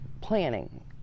planning